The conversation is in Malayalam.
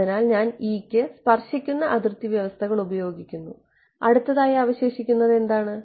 അതിനാൽ ഞാൻ E ക്ക് സ്പർശിക്കുന്ന അതിർത്തി വ്യവസ്ഥകൾ ഉപയോഗിക്കുന്നു അടുത്തതായി അവശേഷിക്കുന്നത് എന്താണ്